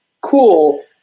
cool